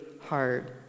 hard